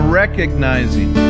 recognizing